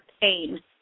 pain